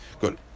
Good